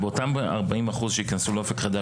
באותם 40 אחוז שיכנסו לאופק חדש,